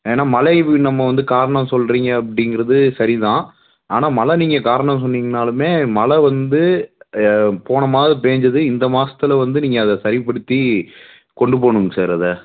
ஏன்னா மழை நம்ம வந்த காரணம் சொல்கிறீங்க அப்படிங்கிறது சரி தான் ஆனால் மழை நீங்கள் காரணம் சொன்னீங்கன்னாலுமே மழை வந்து போன மாதம் பெஞ்சது இந்த மாசத்துல வந்து நீங்கள் அதை சரிப்படுத்தி கொண்டுப் போணுங்க சார் அதை